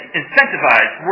incentivize